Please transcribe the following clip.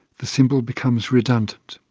the symbol becomes redundant.